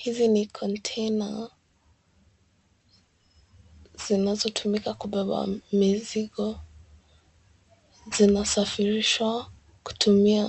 Hizi ni kontena zinazotumika kubeba mzigo, zinasafirishwa kutumia